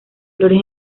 flores